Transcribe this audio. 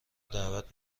دعوت